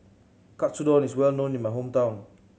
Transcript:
katsudon is well known in my hometown